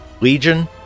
Legion